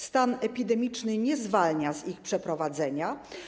Stan epidemiczny nie zwalnia z ich przeprowadzenia.